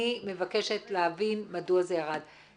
אני מבקשת להבין מדוע זה ירד.